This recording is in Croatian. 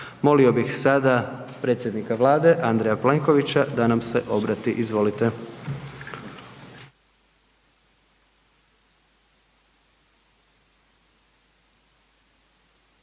Molio bih sada predsjednika Vlade Andreja Plenkovića da nam se obrati. Izvolite.